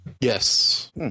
Yes